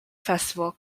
festival